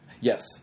Yes